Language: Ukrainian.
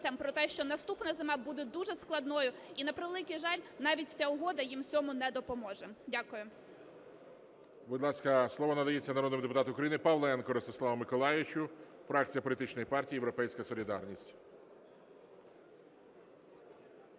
про те, що наступна зима буде дуже складною і, на превеликий жаль, навіть ця угода їм в цьому не допоможе. Дякую.